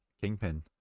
Kingpin